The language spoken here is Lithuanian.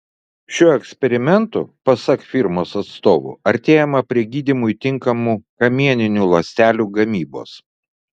šiuo eksperimentu pasak firmos atstovų artėjama prie gydymui tinkamų kamieninių ląstelių gamybos